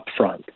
upfront